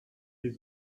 his